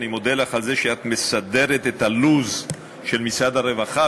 אני מודה לך על זה שאת מסדרת את הלו"ז של משרד הרווחה,